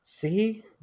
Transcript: See